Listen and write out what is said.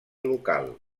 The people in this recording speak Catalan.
local